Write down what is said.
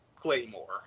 Claymore